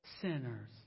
sinners